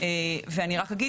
אני אשאל אותך.